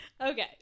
Okay